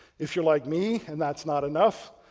if you're like me and that's not enough,